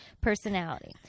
personality